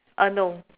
uh no